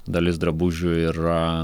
dalis drabužių yra